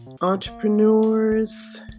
entrepreneurs